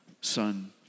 Son